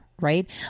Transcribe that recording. right